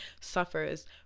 suffers